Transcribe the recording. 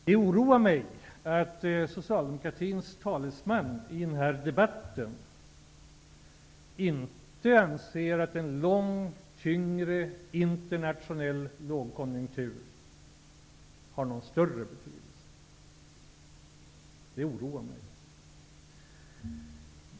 Det oroar mig att socialdemokratins talesman i denna debatt inte anser att en lång och tyngre internationell lågkonjunktur har någon större betydelse.